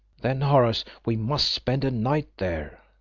then, horace, we must spend a night there.